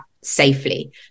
safely